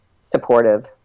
supportive